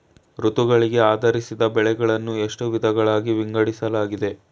ಋತುಗಳಿಗೆ ಆಧರಿಸಿ ಬೆಳೆಗಳನ್ನು ಎಷ್ಟು ವಿಧಗಳಾಗಿ ವಿಂಗಡಿಸಲಾಗಿದೆ?